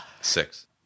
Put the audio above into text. Six